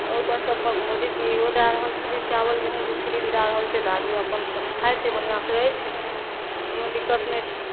आओर उपरसे मोदीजी इहो दै रहल छै कि चावल गेहूँ भी फ्रीमे दै रहल छै तऽ आदमी अपन खाइ छै बढ़िआँसे रहै छै कोनो दिक्कत नहि छै